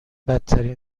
بدترین